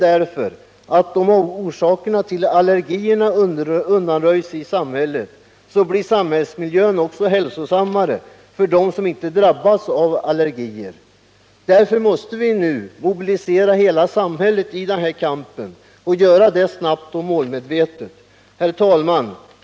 Om orsakerna till allergier i samhället undanröjs, så blir samhällsmiljön hälsosammare också för dem som inte drabbas av allergier. Därför måste vi snabbt och målmedvetet mobilisera hela samhället i kampen mot de allergiska sjukdomarna. Herr talman!